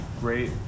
Great